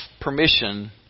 permission